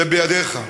זה בידיך.